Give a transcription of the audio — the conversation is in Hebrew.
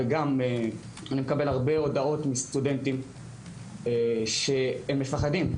ואני מקבל גם הרבה הודעות מסטודנטים שהם מפחדים.